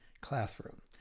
classroom